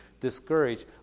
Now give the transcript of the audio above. discouraged